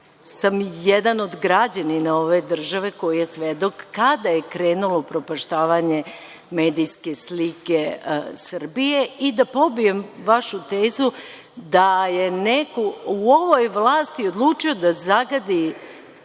sam jedan od građanina ove države koji je svedok kada je krenulo upropaštavanje medijske slike Srbije i da pobijem vašu tezu da je neko u ovoj vlasti odlučio da zagadi